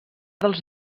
dels